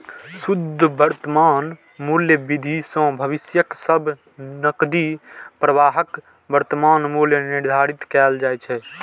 शुद्ध वर्तमान मूल्य विधि सं भविष्यक सब नकदी प्रवाहक वर्तमान मूल्य निर्धारित कैल जाइ छै